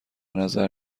نظر